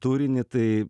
turinį tai